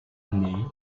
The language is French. année